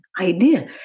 idea